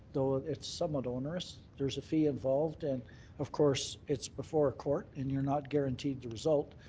though it's somewhat onerous. there's a fee involved. and of course it's before a court and you're not guaranteed the result.